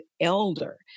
elder